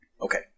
Okay